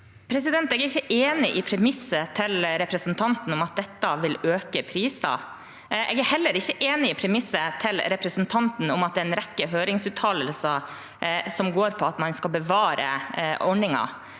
Jeg er ikke enig i representantens premiss om at dette vil øke prisene. Jeg er heller ikke enig i representantens premiss om at det er en rekke høringsuttalelser som går på at man skal bevare ordningen.